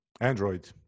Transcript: Android